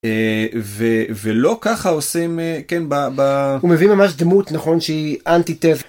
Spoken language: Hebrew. ו, ולא ככה עושים כן ב, ב.. הוא מביא ממש דמות נכון שהיא אנטיתזה.